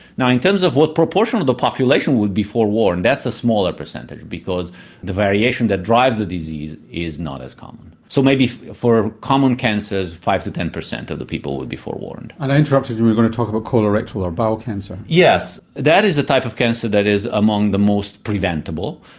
now, in terms of what proportion of the population would be forewarned, that's a smaller percentage, because the variation that drives the disease is not as common. so maybe for common cancers, five to ten per cent of the people would be forewarned. and i interrupted you, you were going to talk about colorectal or bowel cancer. yes. that is a type of cancer that is among the most preventable.